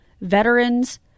veterans